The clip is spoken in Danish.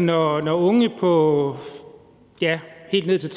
når unge helt ned til